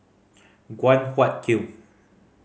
Guan Huat Kiln